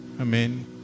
Amen